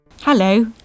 Hello